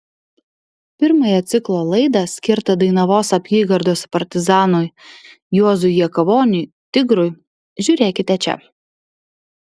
pirmąją ciklo laidą skirtą dainavos apygardos partizanui juozui jakavoniui tigrui žiūrėkite čia